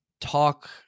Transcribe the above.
talk